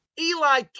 Eli